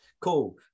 cool